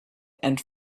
and